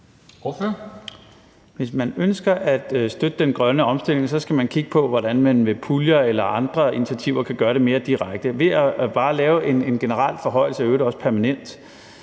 Hvis man ønsker at støtte den grønne omstilling, skal man kigge på, hvordan man via puljer eller andre initiativer kan gøre det mere direkte. Ved bare at lave en generel forhøjelse og i øvrigt også en permanent